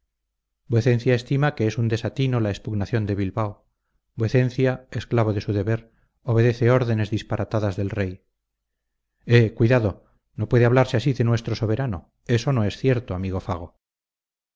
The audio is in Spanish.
vez descortesía vuecencia estima que es un desatino la expugnación de bilbao vuecencia esclavo de su deber obedece órdenes disparatadas del rey eh cuidado no puede hablarse así de nuestro soberano eso no es cierto amigo fago